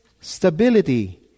stability